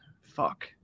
Fuck